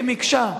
כמקשה.